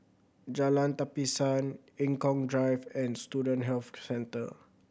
Jalan Tapisan Eng Kong Drive and Student Health Centre